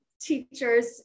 teachers